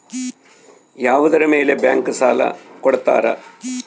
ಯಾವುದರ ಮೇಲೆ ಬ್ಯಾಂಕ್ ಸಾಲ ಕೊಡ್ತಾರ?